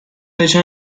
fece